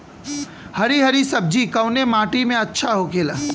हरी हरी सब्जी कवने माटी में अच्छा होखेला?